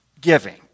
giving